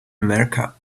america